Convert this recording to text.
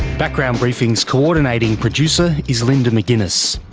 background briefing's co-ordinating producer is linda mcginness,